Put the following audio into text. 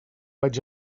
vaig